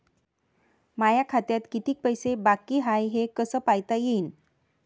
माया खात्यात कितीक पैसे बाकी हाय हे कस पायता येईन?